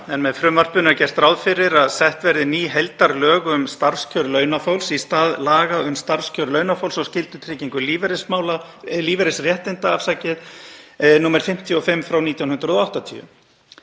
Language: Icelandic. en með frumvarpinu er gert ráð fyrir að sett verði ný heildarlög um starfskjör launafólks í stað laga um starfskjör launafólks og skyldutryggingu lífeyrisréttinda, nr. 55/1980.